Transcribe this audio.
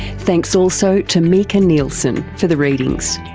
thanks also to mika neilson for the readings.